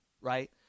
right